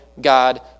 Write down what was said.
God